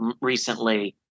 recently